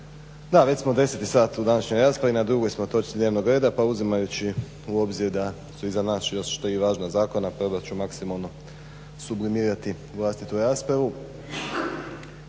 Da, već smo deseti sat u današnjoj raspravi, na drugoj smo točci dnevnog reda pa uzimajući u obzir da su iza nas još tri važna zakona, probat ću maksimalno sublimirati vlastitu raspravu.